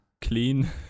Clean